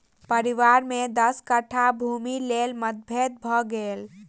परिवार में दस कट्ठा भूमिक लेल मतभेद भ गेल